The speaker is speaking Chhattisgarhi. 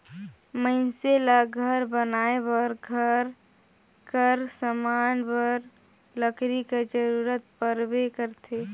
मइनसे ल घर बनाए बर, घर कर समान बर लकरी कर जरूरत परबे करथे